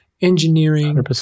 Engineering